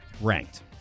ranked